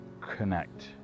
connect